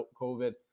COVID